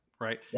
right